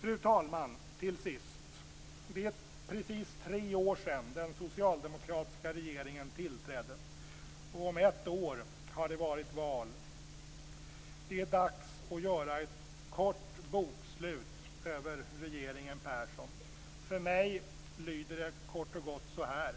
Fru talman! Det är precis tre år sedan den socialdemokratiska regeringen tillträdde. Om ett år har det varit val. Det är dags att göra ett kort bokslut över regeringen Persson. För mig lyder det kort och gott så här: